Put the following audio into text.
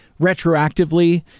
retroactively